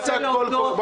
אל תיקח את זה למקום הזה.